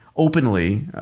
openly,